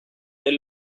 del